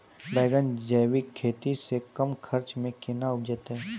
बैंगन जैविक खेती से कम खर्च मे कैना उपजते?